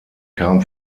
kam